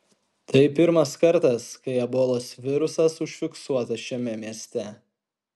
tai pirmas kartas kai ebolos virusas užfiksuotas šiame mieste